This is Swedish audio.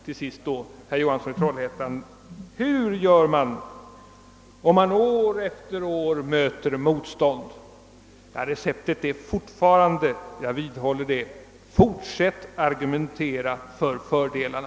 Till sist frågade herr Johansson i Trollhättan: Hur gör man om man år efter år möter motstånd? Ja, jag vidhåller att receptet är att man skall fortsätta att argumentera för fördelarna.